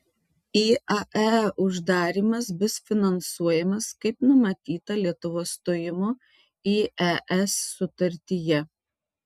iae uždarymas bus finansuojamas kaip numatyta lietuvos stojimo į es sutartyje